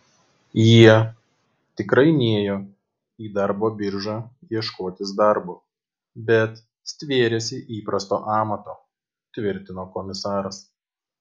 jie tikrai nėjo į darbo biržą ieškotis darbo bet stvėrėsi įprasto amato tvirtino komisaras